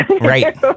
Right